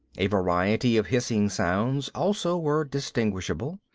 a variety of hissing sounds also were distinguishable.